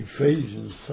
Ephesians